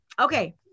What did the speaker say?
Okay